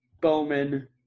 Bowman –